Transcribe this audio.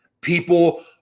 People